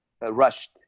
rushed